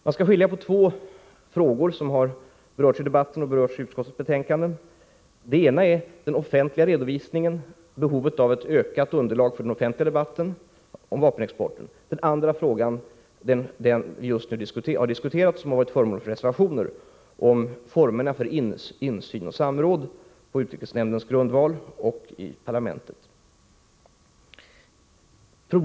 Man skall skilja på två frågor som har berörts i debatten och som berörs i utskottets betänkande. Den ena är den offentliga redovisningen, behovet av ett ökat underlag för den offentliga debatten om vapenexporten. Den andra frågan, som vi just har diskuterat och som har varit föremål för reservationer, gäller insyn och samråd på utrikesnämndens grund och i parlamentet.